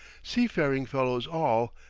seafaring fellows all,